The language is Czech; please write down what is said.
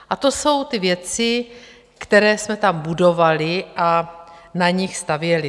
A to jsou ty věci, které jsme tam budovali a na nich stavěli.